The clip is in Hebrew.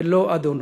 ולא אדנות.